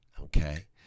okay